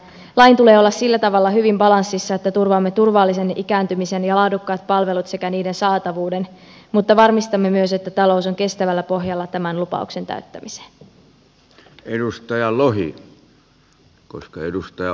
lain tulee olla sillä tavalla hyvin balanssissa että turvaamme turvallisen ikääntymisen ja laadukkaat palvelut sekä niiden saatavuuden mutta varmistamme myös että talous on kestävällä pohjalla tämän lupauksen täyttämiseksi